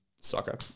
soccer